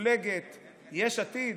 מפלגת יש עתיד,